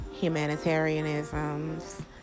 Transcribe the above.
humanitarianisms